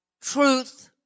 truth